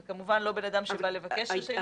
זה כמובן לא אדם שבא לבקש רישיון עסק.